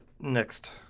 next